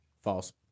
False